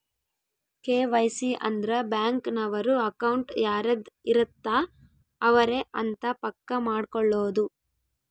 KYC ಅಂದ್ರ bank ನವರು account ಯಾರದ್ ಇರತ್ತ ಅವರೆ ಅಂತ ಪಕ್ಕ ಮಾಡ್ಕೊಳೋದು